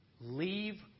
leave